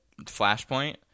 Flashpoint